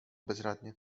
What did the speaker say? bezradnie